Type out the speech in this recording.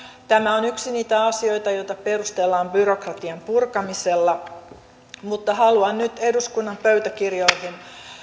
tämä on yksi niitä asioita joita perustellaan byrokratian purkamisella mutta haluan nyt eduskunnan pöytäkirjoihin